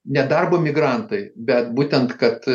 ne darbo migrantai bet būtent kad